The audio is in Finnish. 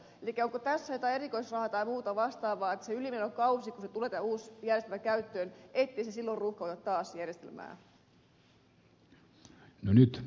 elikkä onko tässä jotain erikoisrahaa tai muuta vastaavaa että se ylimenokausi kun tulee tämä uusi järjestelmä käyttöön ei silloin ruuhkauta taas järjestelmää